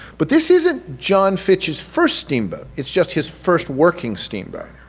but this isn't john fitch's first steamboat, it's just his first working steamboat.